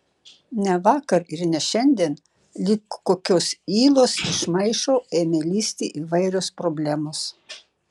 ne vakar ir ne šiandien lyg kokios ylos iš maišo ėmė lįsti įvairios problemos